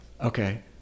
Okay